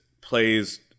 plays